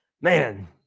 man